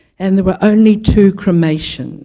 and there were only two cremations